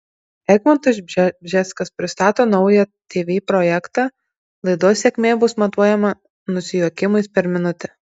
egmontas bžeskas pristato naują tv projektą laidos sėkmė bus matuojama nusijuokimais per minutę